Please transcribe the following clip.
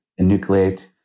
enucleate